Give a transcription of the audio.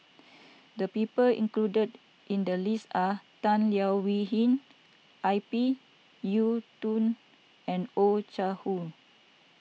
the people included in the list are Tan Leo Wee Hin I p Yiu Tung and Oh Chai Hoo